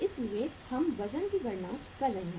इसलिए हम वजन की गणना कर रहे हैं